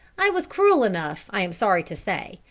i was cruel enough, i am sorry to say,